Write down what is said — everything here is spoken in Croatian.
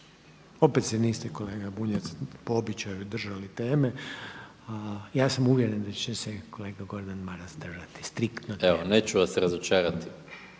Opet se niste kolega Bunjac po običaju držali teme, a ja sam uvjeren da će se kolega Gordan Maras držati striktno teme. **Maras,